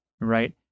right